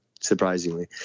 surprisingly